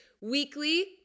weekly